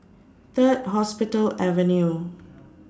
Third Hospital Avenue